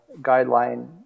guideline